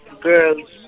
girls